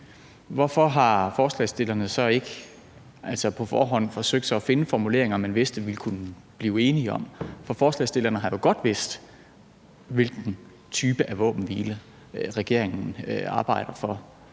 hvorfor har forslagsstillerne så ikke på forhånd forsøgt at finde frem til formuleringer, man vidste vi ville kunne blive enige om? For forslagsstillerne har jo godt vidst, hvilken type våbenhvile regeringen arbejder for,